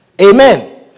Amen